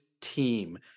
team